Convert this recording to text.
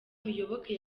muyoboke